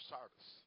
Sardis